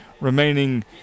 remaining